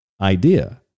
idea